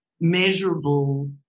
measurable